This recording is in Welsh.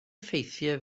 ffeithiau